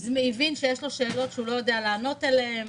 הבין שיש לו שאלות שהוא לא יודע לענות עליהן,